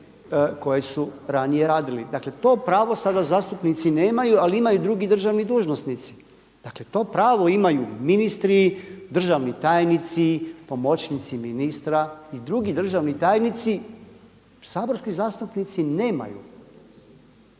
koje su ranije radili. Dakle to pravo sada zastupnici nemaju ali imaju drugi državni dužnosnici. Dakle to pravo imaju ministri, državni tajnici, pomoćnici ministra i drugi državni tajnici, saborski zastupnici nemaju